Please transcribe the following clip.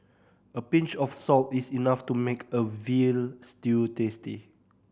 a pinch of salt is enough to make a veal stew tasty